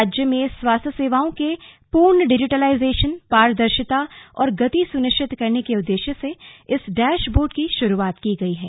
राज्य में स्वास्थ्य सेवाओं के पूर्ण डिजिटलाइजेशन पारदर्शिता और गति सुनिश्चित करने के उद्देश्य से इस डैशबोर्ड की शुरुआत की गई है